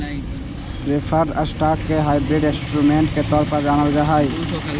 preferred stock के hybrid instrument के तौर पर जानल जा हइ